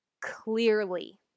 clearly